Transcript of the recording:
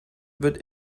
wird